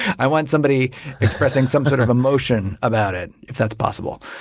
i want somebody expressing some sort of emotion about it, if that's possible.